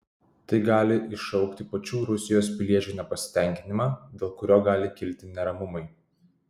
tai gali iššaukti pačių rusijos piliečių nepasitenkinimą dėl kurio gali kilti neramumai